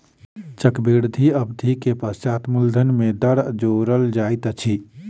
चक्रवृद्धि अवधि के पश्चात मूलधन में दर जोड़ल जाइत अछि